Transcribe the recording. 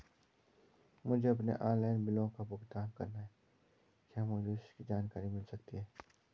मुझे अपने ऑनलाइन बिलों का भुगतान करना है क्या मुझे इसकी जानकारी मिल सकती है?